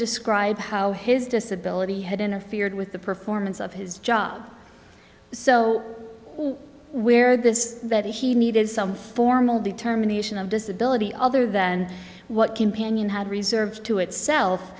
describe how his disability had interfered with the performance of his job so where this is that he needed some formal determination of disability other than what companion had reserved to itself